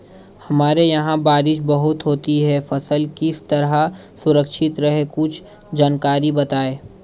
हमारे यहाँ बारिश बहुत होती है फसल किस तरह सुरक्षित रहे कुछ जानकारी बताएं?